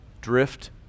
Drift